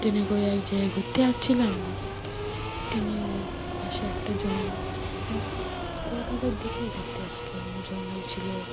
ট্রেনে করে এক জায়গায় ঘুরতে আসছিলাম ট্রেনের পাশে একটা জং এক কলকাতার দিকেই ঘুরতে আসছিলাম জঙ্গল ছিল